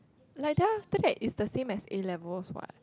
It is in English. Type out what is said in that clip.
like then after that its the same as a-levels what